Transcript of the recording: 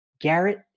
Garrett